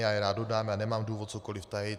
Já je rád dodám, nemám důvod cokoliv tajit.